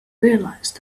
realised